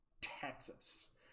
Texas